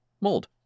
mold